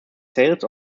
sales